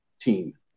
team